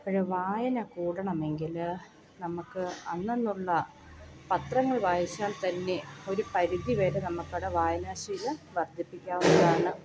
അപ്പോൾ വായന കൂടണമെങ്കിൽ നമുക്ക് അന്നന്നുള്ള പത്രങ്ങൾ വായിച്ചാൽ തന്നെ ഒരു പരിധിവരെ നമുക്കടെ വായനാശീലം വർദ്ധിപ്പിക്കാവുന്നത്